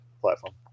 platform